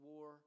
War